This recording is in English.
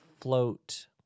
float